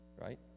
right